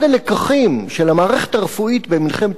אחד הלקחים של המערכת הרפואית במלחמת